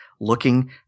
looking